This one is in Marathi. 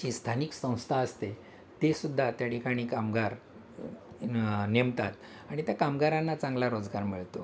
जी स्थानिक संस्था असते ते सुद्धा त्या ठिकाणी कामगार नेमतात आणि त्या कामगारांना चांगला रोजगार मिळतो